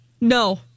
No